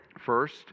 First